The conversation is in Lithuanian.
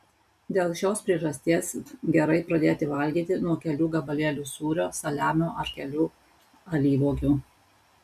dėl šios priežasties gerai pradėti valgyti nuo kelių gabalėlių sūrio saliamio ar kelių alyvuogių